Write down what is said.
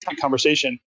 conversation